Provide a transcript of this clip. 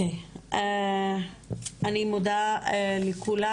אני מודה לכולם